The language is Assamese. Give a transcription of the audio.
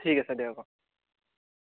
ঠিক আছে দিয়ক অঁ